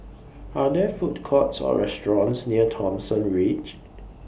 Are There Food Courts Or restaurants near Thomson Ridge